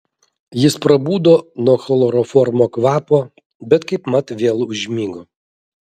jis prabudo nuo chloroformo kvapo bet kaipmat vėl užmigo